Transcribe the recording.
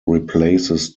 replaces